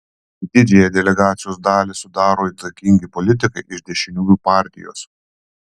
didžiąją delegacijos dalį sudaro įtakingi politikai iš dešiniųjų partijos